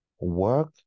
work